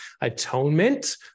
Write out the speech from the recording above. Atonement